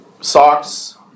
Socks